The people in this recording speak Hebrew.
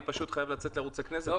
אני פשוט חייב לצאת לערוץ הכנסת.